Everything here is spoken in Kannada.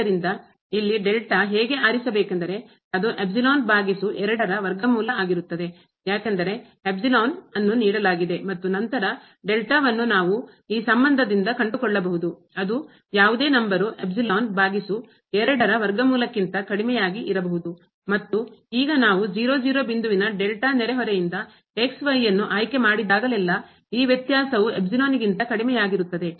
ಆದ್ದರಿಂದ ಇಲ್ಲಿ ಹೇಗೆ ಆರಿಸಬೇಕೆಂದರೆ ಅದು ಬಾಗಿಸು 2ರ ವರ್ಗಮೂಲ ಆಗಿರುತ್ತದೆ ಯಾಕೆಂದರೆ ನ್ನು ನೀಡಲಾಗಿದೆ ಮತ್ತು ನಂತರ ವನ್ನು ನಾವು ಈ ಸಂಬಂಧದಿಂದ ಕಂಡುಕೊಳ್ಳಬಹುದು ಅದು ಯಾವುದೇ ನಂಬರ್ ಬಾಗಿಸು 2ರ ವರ್ಗಮೂಲಕಿಂತ ಕಡಿಮೆಯಾಗಿ ಇರಬೇಕು ಮತ್ತು ಆಗ ನಾವು ಬಿಂದುವಿನ ನೆರೆಹೊರೆಯಿಂದ ನ್ನು ಆಯ್ಕೆ ಮಾಡಿದಾಗಲೆಲ್ಲಾ ಈ ವ್ಯತ್ಯಾಸವು ಗಿಂತ ಕಡಿಮೆಯಾಗಿತ್ತದೆ